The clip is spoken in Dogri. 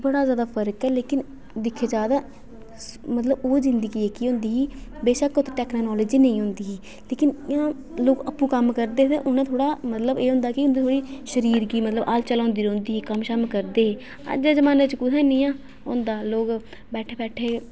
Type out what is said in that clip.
बडा ज्यादा फर्क ऐ लेकिन ज्यादा मतलब ओह् जिंदगी जेह्की होंदी बेशक अदूं टेक्नोलाॉजी नेई होंदी ही लेकिन इयां लोक आपू कम्म करदे हे उ'नें गी थोह्ड़ा एह् होंदा के मतलब उंदे शरिर गी हिल झुल होंदी रोहंदी ही कम्म शम्म करदे रौंहदे है अज्जै दे ज़माने च कुसे नेई होंदा लोक रौह्दे बैठे दे